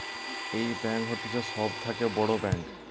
এই ব্যাঙ্ক হতিছে সব থাকে বড় ব্যাঙ্ক